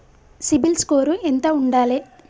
CIBIL score ఎంత ఉండాలే?